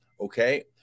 Okay